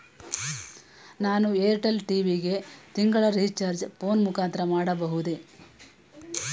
ನಾನು Airtel TV ಗೆ ತಿಂಗಳ ರಿಚಾರ್ಜ್ ಫೋನ್ ಮುಖಾಂತರ ಮಾಡಬಹುದೇ?